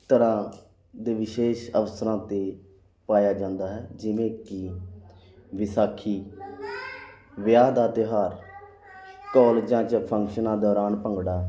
ਤਰ੍ਹਾਂ ਦੇ ਵਿਸ਼ੇਸ਼ ਅਵਸਰਾਂ 'ਤੇ ਪਾਇਆ ਜਾਂਦਾ ਹੈ ਜਿਵੇਂ ਕਿ ਵਿਸਾਖੀ ਵਿਆਹ ਦਾ ਤਿਉਹਾਰ ਕਾਲਜਾਂ 'ਚ ਫੰਕਸ਼ਨਾਂ ਦੌਰਾਨ ਭੰਗੜਾ